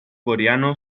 coreano